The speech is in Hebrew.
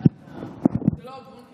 זה לא הגון,